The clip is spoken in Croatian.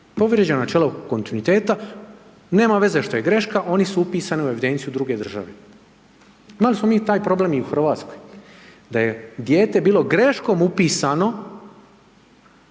je načelo kontinuiteta, nema veze što je greška oni su upisani u evidenciju druge države. Imali smo mi taj problem i u Hrvatskoj da je dijete bilo greškom upisano